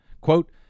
quote